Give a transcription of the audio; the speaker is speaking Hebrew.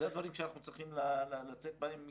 אלה הדברים אתם אנחנו צריכים לצאת מכאן.